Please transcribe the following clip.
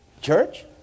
church